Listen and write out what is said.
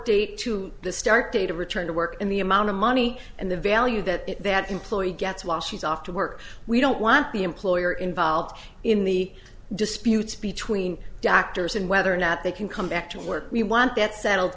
day to the start date of return to work in the amount of money and the value that that employee gets while she's off to work we don't want the employer involved in the disputes between doctors and whether or not they can come back to work we want that settled